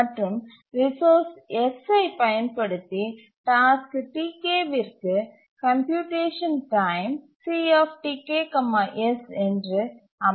மற்றும் ரிசோர்ஸ் Sஐ பயன்படுத்தி டாஸ்க் Tk விற்கு கம்ப்யூட்டேசன் டைம் என்று அமையும்